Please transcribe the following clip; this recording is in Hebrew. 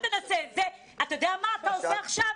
אתה יודע מה אתה עושה עכשיו?